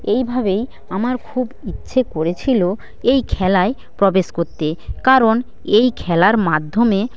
এইভাবেই আমার খুব ইচ্ছে করেছিলো এই খেলায় প্রবেশ করতে কারণ এই খেলার মাধ্যমে